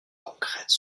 concrètes